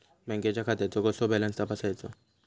बँकेच्या खात्याचो कसो बॅलन्स तपासायचो?